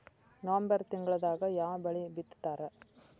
November ತಿಂಗಳದಾಗ ಯಾವ ಬೆಳಿ ಬಿತ್ತತಾರ?